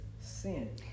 sin